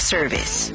Service